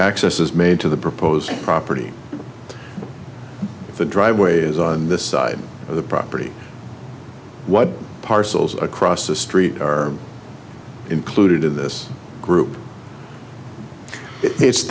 access is made to the proposed property the driveway is on this side of the property what parcels across the street are included in this group it's